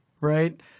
right